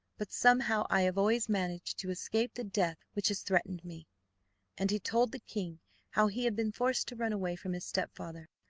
but somehow i have always managed to escape the death which has threatened me and he told the king how he had been forced to run away from his stepfather,